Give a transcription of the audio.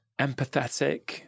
empathetic